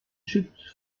chute